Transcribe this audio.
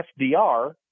FDR—